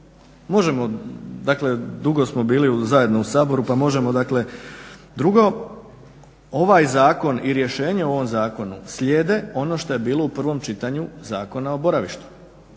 Možemo dakle dugo smo bili zajedno u Saboru pa možemo. Drugo ovaj zakon i rješenje o ovom zakonu slijede ono što je bilo u prvom čitanju Zakona o boravištu.